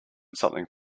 something